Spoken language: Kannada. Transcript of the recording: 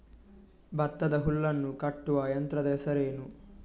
ಭತ್ತದ ಹುಲ್ಲನ್ನು ಕಟ್ಟುವ ಯಂತ್ರದ ಹೆಸರೇನು?